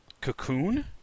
Cocoon